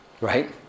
Right